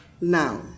now